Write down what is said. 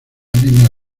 línea